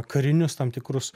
karinius tam tikrus